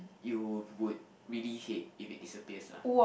you would really hate if it disappears lah